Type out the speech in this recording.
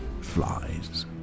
flies